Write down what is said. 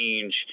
change